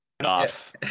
Off